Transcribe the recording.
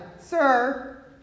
Sir